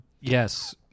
Yes